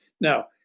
Now